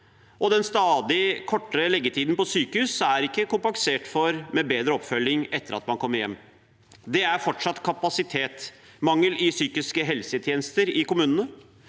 den stadig kortere liggetiden på sykehus er ikke kompensert for med bedre oppfølging etter at man kommer hjem. Det er fortsatt kapasitetsmangel i psykiske helsetjenester i kommunene.